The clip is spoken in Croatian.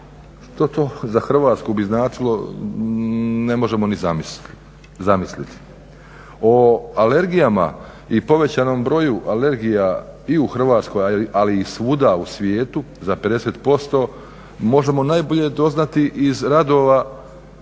Što to za Hrvatsku bi značilo, ne možemo ni zamisliti. O alergijama i povećanom broju alergija i u Hrvatskoj, ali i svuda u svijetu za 50% možemo najbolje doznati iz radova